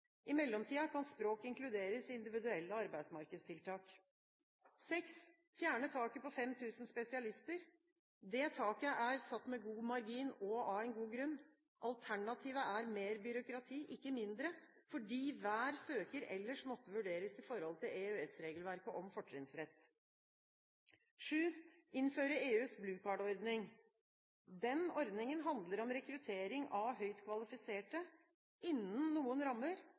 I mellomtiden kan språk inkluderes i individuelle arbeidsmarkedstiltak. fjerne taket på 5 000 spesialister: Taket er satt med god margin og med god grunn. Alternativet er mer byråkrati, ikke mindre, fordi hver søker ellers måtte vurderes i forhold til EØS-regelverket om fortrinnsrett. innføre EUs «Blue Card»-ordning: Denne ordningen handler om rekruttering av høyt kvalifiserte, innenfor noen rammer